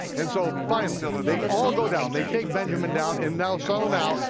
and so finally they all go down, they take benjamin down and now, so now,